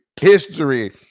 history